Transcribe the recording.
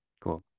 Cool